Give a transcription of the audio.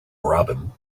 robin